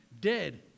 dead